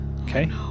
Okay